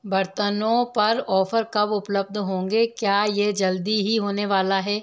बर्तनों पर ऑफर कब उपलब्ध होंगे क्या यह जल्दी ही होने वाला है